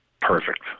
Perfect